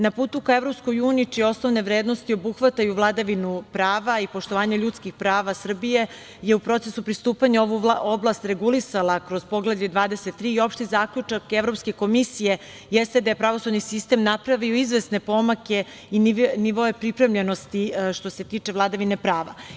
Na putu ka EU, čije osnovne vrednosti obuhvataju vladavinu prava i poštovanje ljudskih prava, Srbija je u procesu pristupanja ovu oblast regulisala kroz Poglavlje 23 i opšti zaključak Evropske komisije jeste da je pravosudni sistem napravio izvesne pomake i nivoe pripremljenosti što se tiče vladavine prava.